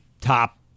top